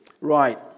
Right